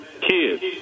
kids